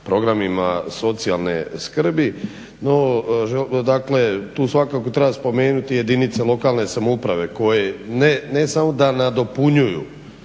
programima socijalne skrbi. No dakle, tu svakako treba spomenuti jedinice lokalne samouprave koje ne samo da nadopunjuju